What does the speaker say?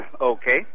Okay